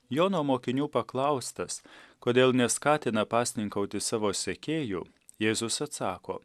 jono mokinių paklaustas kodėl neskatina pasninkauti savo sekėjų jėzus atsako